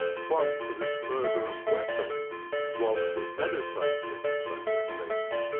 clung to this murderous weapon whilst it meditated, so to speak.